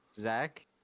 Zach